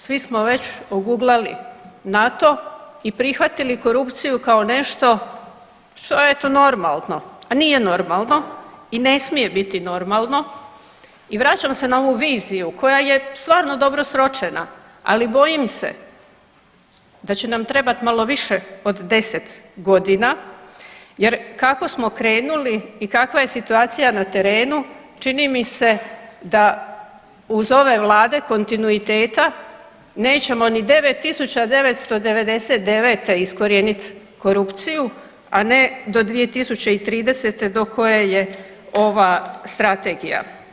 Svi smo već oguglali na to i prihvatili korupciju kao nešto što je eto, normalno, a nije normalno i ne smije biti normalno i vraćam se na ovu viziju koja je stvarno dobro sročena, ali bojim se da će nam trebati malo više od 10 godina jer kako smo krenuli i kakva je situacija na terenu, čini mi se da uz ove vlade kontinuiteta, nećemo ni 9999. iskorijeniti korupciju, a ne do 2030. do koje je ova Strategija.